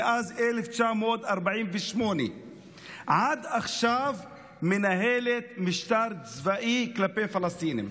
מאז 1948 עד עכשיו מנהלת משטר צבאי כלפי פלסטינים.